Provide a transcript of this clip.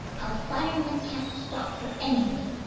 a fireman can't stop for anything.